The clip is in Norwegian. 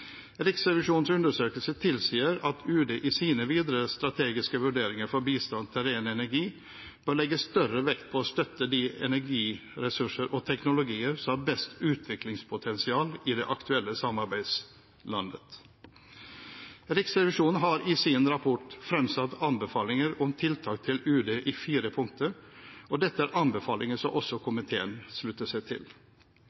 Riksrevisjonens undersøkelse tilsier at UD i sine videre strategiske vurderinger for bistand til ren energi bør legge større vekt på å støtte de energiressurser og teknologier som har best utviklingspotensial i det aktuelle samarbeidslandet. Riksrevisjonen har i sin rapport fremsatt anbefalinger om tiltak til UD i fire punkter, og dette er anbefalinger som også komiteen slutter seg til.